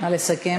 נא לסכם.